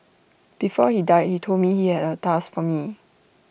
before he died he told me he had A task for me